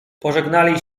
pożegnali